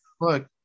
Look